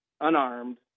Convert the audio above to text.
unarmed